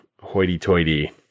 hoity-toity